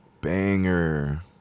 banger